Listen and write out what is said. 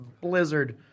blizzard